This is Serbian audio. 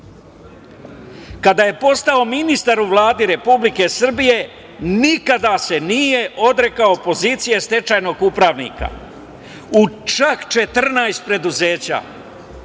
je postao ministar u Vladi Republike Srbije nikada se nije odrekao pozicije stečajnog upravnika, u čak 14 preduzeća.